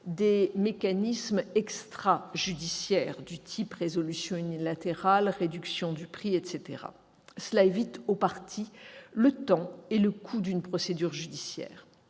des mécanismes extrajudiciaires : résolution unilatérale, réduction du prix ... Cela évite aux parties le temps et le coût d'une procédure judiciaire.